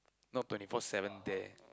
not twenty four seven there